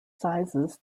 sizes